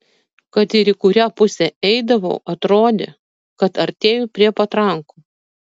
kad ir į kurią pusę eidavau atrodė kad artėju prie patrankų